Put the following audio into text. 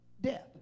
death